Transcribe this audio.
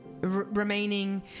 remaining